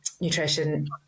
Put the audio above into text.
nutrition